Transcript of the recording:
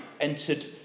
entered